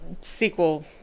sequel